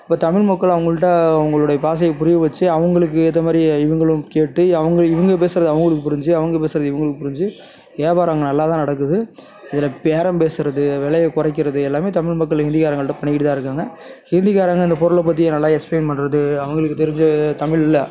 இப்போ தமிழ் மக்கள் அவங்கள்ட அவங்களுடைய பாஷையை புரிய வச்சு அவங்களுக்கு ஏற்ற மாதிரி இவங்களும் கேட்டு அவங்க இவங்க பேசுவது அவங்களுக்கு புரிஞ்சு அவங்க பேசுவது இவங்களுக்கு புரிஞ்சு வியாபாரம் நல்லாதான் நடக்குது இதில் பேரம் பேசுவது விலையை குறைக்கிறது எல்லாமே தமிழ் மக்கள் ஹிந்திகாரங்கள்ட பண்ணிகிட்டு தான் இருக்காங்க ஹிந்திகாரங்க இந்த பொருளை பற்றி நல்லா எக்ஸ்பிலைன் பண்றது அவங்களுக்கு தெரிஞ்ச தமிழில்